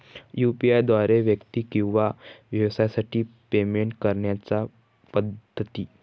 UPI द्वारे व्यक्ती किंवा व्यवसायांसाठी पेमेंट करण्याच्या पद्धती